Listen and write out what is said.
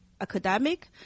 academic